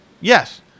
Yes